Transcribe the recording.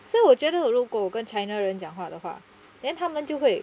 so 我觉得如果我跟 china 人讲话的话 then 他们就会